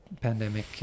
pandemic